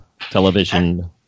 television